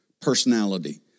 personality